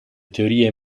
teorie